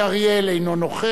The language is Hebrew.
אורי אורבך, בבקשה, אדוני.